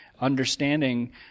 understanding